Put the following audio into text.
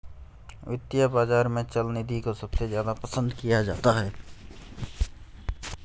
वित्तीय बाजार में चल निधि को सबसे ज्यादा पसन्द किया जाता है